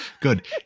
good